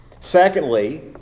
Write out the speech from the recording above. secondly